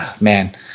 man